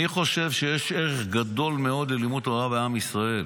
אני חושב שיש ערך גדול מאוד ללימוד תורה בעם ישראל.